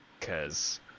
cause